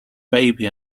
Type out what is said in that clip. baby